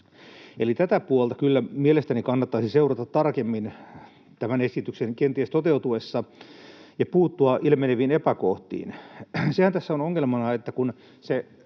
Tätä puolta kyllä mielestäni kannattaisi seurata tarkemmin tämän esityksen kenties toteutuessa ja puuttua ilmeneviin epäkohtiin. Sehän tässä on ongelmana, että kun se